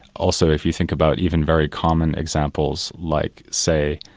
also if you think about even very common examples like, say,